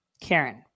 Karen